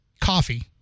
Coffee